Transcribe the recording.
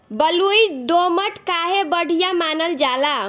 बलुई दोमट काहे बढ़िया मानल जाला?